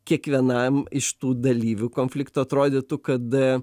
kiekvienam iš tų dalyvių konflikto atrodytų kad